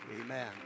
Amen